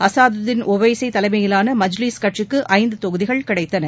அசாதுதின் ஒவைசி தலைமையிலான மஜ்லீஸ் கட்சிக்கு ஐந்து தொகுதிகள் கிடைத்தன